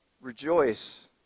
rejoice